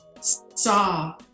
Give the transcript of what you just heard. saw